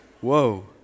Whoa